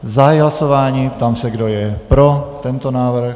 Zahajuji hlasování a ptám se, kdo je pro tento návrh.